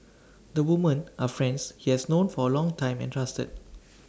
the women are friends he has known for A long time and trusted